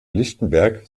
lichtenberg